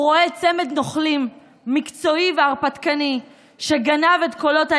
הוא רואה צמד נוכלים מקצועי והרפתקני שגנב את קולות הימין,